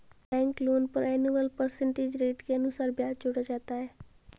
bank loan पर annual percentage rate के अनुसार ब्याज जोड़ा जाता है